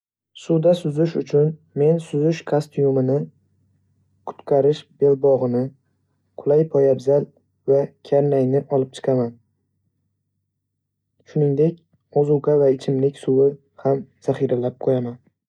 Suvda suzish uchun, men suzish kostyumimni, qutqarish belbog'ini, qulay poyabzal va karnayni olib chiqaman. Shuningdek, ozuqa va ichimlik suvi ham zaxiralab qo'yaman.